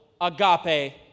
agape